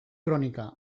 kronika